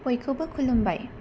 बयखौबो खुलुमबाय